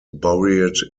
buried